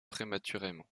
prématurément